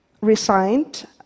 resigned